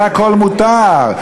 כל זה מותר.